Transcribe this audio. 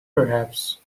perhaps